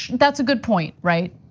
that's a good point, right?